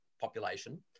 population